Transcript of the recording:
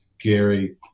Gary